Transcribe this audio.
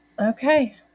Okay